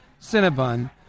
Cinnabon